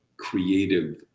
creative